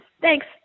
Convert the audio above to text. Thanks